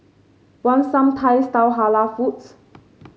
want some Thai style Halal foods